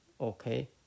Okay